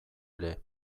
ere